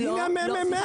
הנה הממ"מ.